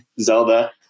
Zelda